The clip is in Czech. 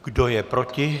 Kdo je proti?